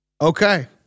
Okay